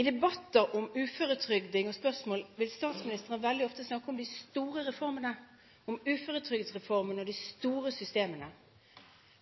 og spørsmål om uføretrygd vil statsministeren veldig ofte snakke om de store reformene, om uføretrygdrefomen og de store systemene.